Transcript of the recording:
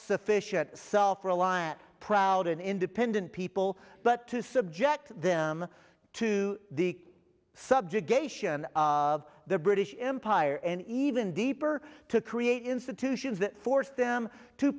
sufficient self reliant proud and independent people but to subject them to the subjugation of the british empire and even deeper to create institutions that forced them to